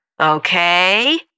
Okay